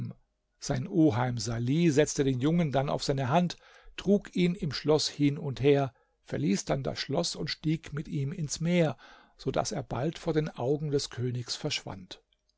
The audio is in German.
sein oheim salih setzte den jungen dann auf seine hand trug ihn im schloß hin und her verließ dann das schloß und stieg mit ihm ins meer so daß er bald vor den augen des königs verschwand